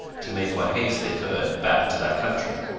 to make what haste they could back to that country.